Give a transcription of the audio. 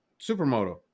Supermoto